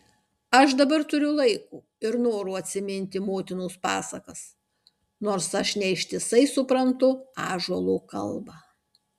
aš dabar turiu laiko ir noro atsiminti motinos pasakas nors aš ne ištisai suprantu ąžuolo kalbą